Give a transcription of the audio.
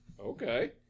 Okay